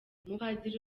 umupadiri